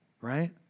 right